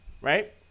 right